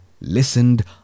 listened